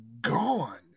gone